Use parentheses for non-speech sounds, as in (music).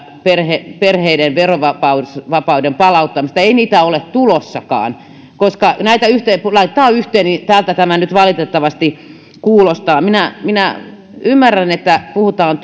perheiden perheiden verovapauden verovapauden palauttamista ei ole tulossakaan näitä kun laittaa yhteen niin siltä tämä nyt valitettavasti kuulostaa minä minä ymmärrän että puhutaan (unintelligible)